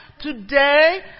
today